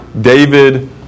David